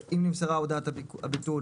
אם נמסרה הודעת הביטול,